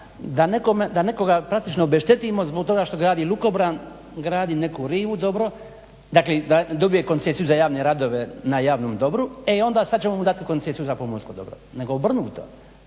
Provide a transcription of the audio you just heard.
da nekoga praktički obeštetimo zbog toga što grani lukobran, gradi neku rivu dobro, da dobije koncesiju za javne radove na javnom dobru, e onda sad ćemo mu dati koncesiju za pomorsko dobro, nego obrnuto.